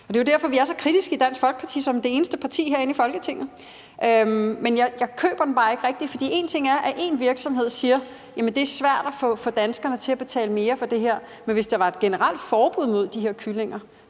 Det er jo derfor, at vi i Dansk Folkeparti som det eneste parti herinde i Folketinget er så kritiske. Jeg køber det bare ikke rigtig, for en ting er, at én virksomhed siger, at det er svært at få danskerne til at betale mere for det her, men hvis der var et generelt forbud mod de her kyllinger,